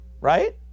right